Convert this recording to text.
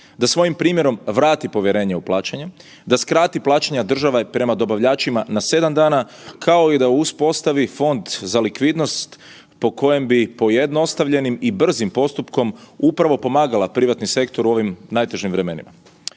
da svojim primjerom vrati povjerenje u plaćanje, da skrati plaćanja države prema dobavljačima na 7 dana kao i da uspostavi fond za likvidnost po kojem bi pojednostavljenim i brzim postupkom upravo pomagala privatni sektor u ovim najtežim vremenima.